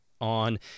on